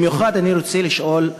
במיוחד אני רוצה לשאול,